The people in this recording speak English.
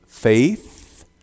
faith